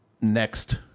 next